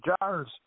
jars